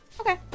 Okay